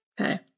Okay